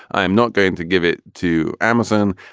i'm not going to give it to amazon.